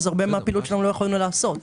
הרבה מהפעילות שלנו לא יכולנו לעשות.